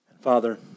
Father